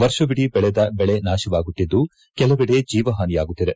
ವರ್ಷವೀಡಿ ಬೆಳೆದ ಬೆಳೆ ನಾಶವಾಗುತ್ತಿದ್ದು ಕೆಲವೆಡೆ ಜೀವಹಾನಿಯಾಗುತ್ತಿದೆ